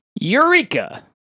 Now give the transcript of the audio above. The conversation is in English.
Eureka